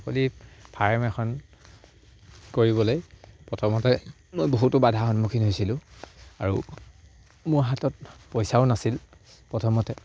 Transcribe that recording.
ছাগলী ফাৰ্ম এখন কৰিবলে প্ৰথমতে মই বহুতো বাধা সন্মুখীন হৈছিলোঁ আৰু মোৰ হাতত পইচাও নাছিল প্ৰথমতে